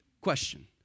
Question